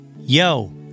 yo